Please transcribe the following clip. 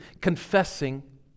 confessing